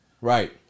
Right